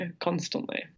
constantly